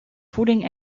voeding